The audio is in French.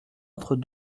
entre